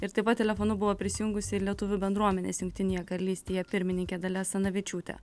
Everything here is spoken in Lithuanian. ir taip pat telefonu buvo prisijungusi ir lietuvių bendruomenės jungtinėje karalystėje pirmininkė dalia asanavičiūtė